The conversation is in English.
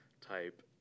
type